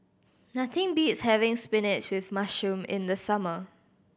nothing beats having spinach with mushroom in the summer